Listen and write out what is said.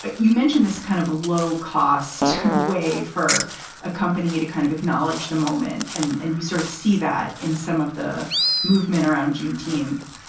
ah you mentioned this kind of a low cost way for a company to kind of acknowledge the moment. and and you sort of see that in some of the movement around juneteenth.